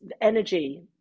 energy